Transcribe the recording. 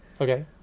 Okay